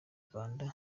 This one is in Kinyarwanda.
rwanda